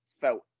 felt